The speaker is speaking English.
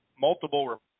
multiple